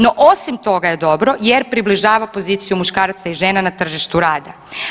No osim toga je dobro jer približava poziciju muškaraca i žena na tržištu rada.